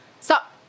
stop